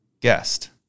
guest